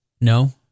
No